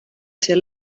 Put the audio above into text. ser